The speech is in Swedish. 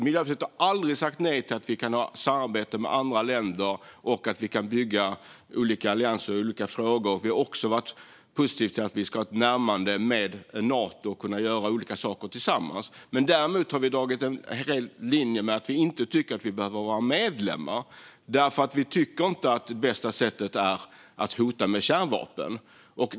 Miljöpartiet har aldrig sagt nej till att vi kan ha ett samarbete med andra länder och att vi kan bygga allianser i olika frågor. Vi har också varit positiva till att ha ett närmande till Nato och göra olika saker tillsammans. Däremot har vi dragit en linje och sagt att vi inte tycker att Sverige behöver vara medlem. Vi tycker inte att det bästa sättet är att hota med kärnvapen.